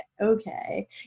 okay